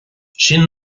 sin